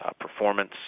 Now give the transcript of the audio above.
performance